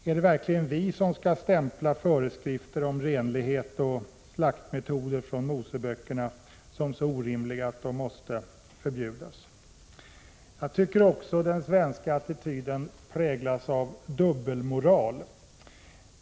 Är det verkligen vi som skall stämpla föreskrifter om renlighet och slaktmetoder från Moseböckerna som så orimliga att de måste förbjudas? Jag tycker också den svenska attityden präglas av dubbelmoral.